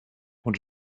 und